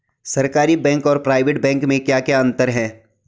सरकारी बैंक और private bank में क्या क्या अंतर हैं?